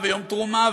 ויום תרומה,